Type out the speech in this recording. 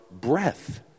breath